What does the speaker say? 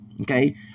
okay